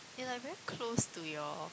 they like very close to your